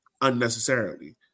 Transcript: unnecessarily